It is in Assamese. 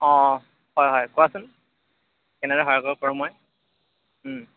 অঁ হয় হয় কোৱাচোন কেনেদৰে সহায় কৰিব পাৰোঁ মই